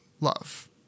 love